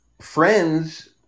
friends